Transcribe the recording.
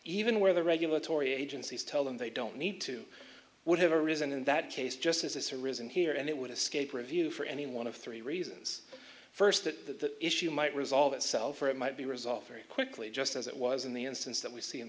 even where the regulatory agencies tell them they don't need to would have arisen in that case just as it's arisen here and it would escape review for any one of three reasons first that issue might resolve itself or it might be resolved very quickly just as it was in the instance that we see in